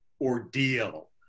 ordeal